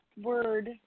word